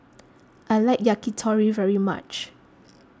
I like Yakitori very much